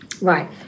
Right